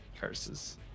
Curses